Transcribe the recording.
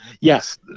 Yes